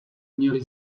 měly